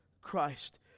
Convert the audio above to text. Christ